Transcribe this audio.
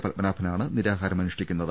പത്മനാഭനാണ് നിരാ ഹാരം അനുഷ്ഠിക്കുന്നത്